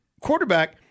quarterback